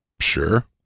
Sure